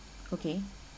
okay